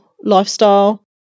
lifestyle